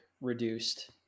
reduced